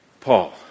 Paul